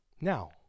Now